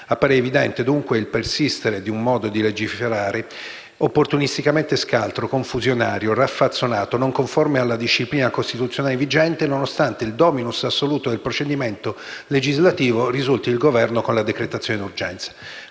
Appare evidente, dunque, il persistere di un modo di legiferare opportunisticamente scaltro, confusionario, raffazzonato, non conforme alla disciplina costituzionale vigente, nonostante il *dominus* assoluto del procedimento legislativo risulti il Governo con la decretazione d'urgenza.